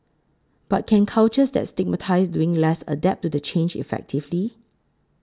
but can cultures that stigmatise doing less adapt to the change effectively